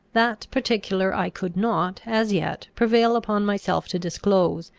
that particular i could not, as yet, prevail upon myself to disclose,